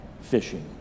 fishing